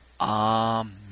Amen